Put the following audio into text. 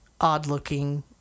odd-looking